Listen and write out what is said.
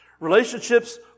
Relationships